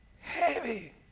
heavy